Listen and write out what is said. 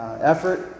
effort